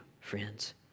friends